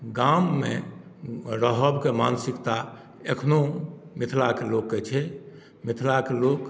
गाममे रहबके मानसिकता एखनहु मिथिलाके लोककेँ छै मिथिलाके लोक